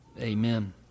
amen